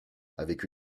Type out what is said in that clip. avec